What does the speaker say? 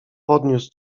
podniósł